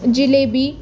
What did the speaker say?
jalebi